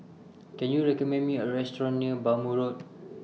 Can YOU recommend Me A Restaurant near Bhamo Road